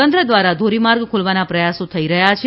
તંત્ર દ્વારા ધોરીમાર્ગ ખોલવાના પ્રયાસો થઈ રહ્યા છે